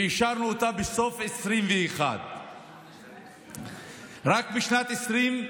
ואישרנו אותה בסוף 2021. רק בשנת 2022,